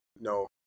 no